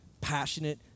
passionate